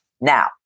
Now